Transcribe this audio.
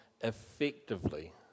effectively